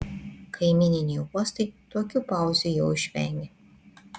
kaimyniniai uostai tokių pauzių jau išvengia